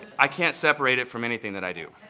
i can't separate it from anything that i do.